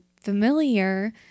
familiar